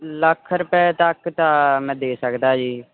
ਲੱਖ ਰੁਪਏ ਤੱਕ ਤਾਂ ਮੈਂ ਦੇ ਸਕਦਾ ਜੀ